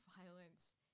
violence